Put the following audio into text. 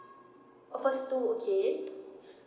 orh first two okay